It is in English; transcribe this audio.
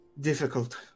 difficult